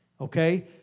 Okay